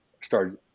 started